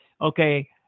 Okay